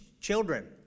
children